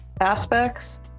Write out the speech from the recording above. aspects